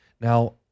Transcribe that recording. Now